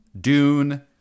Dune